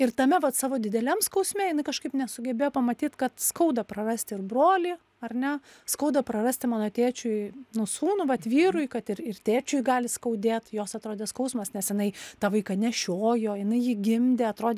ir tame vat savo dideliam skausme jinai kažkaip nesugebėjo pamatyt kad skauda prarasti ir brolį ar ne skauda prarasti mano tėčiui nu sūnų vat vyrui kad ir ir tėčiui gali skaudėt jos atrodė skausmas nes jinai tą vaiką nešiojo jinai jį gimdė atrodė